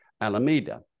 Alameda